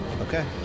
Okay